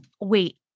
Wait